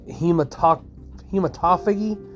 Hematophagy